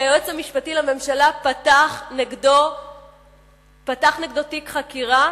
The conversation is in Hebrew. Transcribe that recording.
שהיועץ המשפטי לממשלה פתח נגדו תיק חקירה